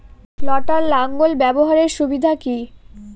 লটার লাঙ্গল ব্যবহারের সুবিধা কি?